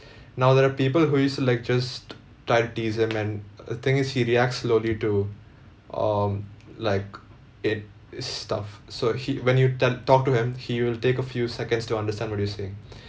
now there're people who used to like just try to tease him and thing is he reacts slowly to um like it stuff so he when you tell talk to him he will take a few seconds to understand what you're saying